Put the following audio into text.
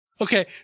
Okay